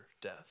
death